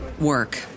work